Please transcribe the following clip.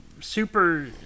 super